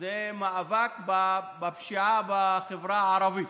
זה מאבק בפשיעה בחברה הערבית,